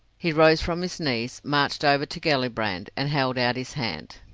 he rose from his knees, marched over to gellibrand, and held out his hand.